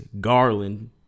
Garland